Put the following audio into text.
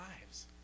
lives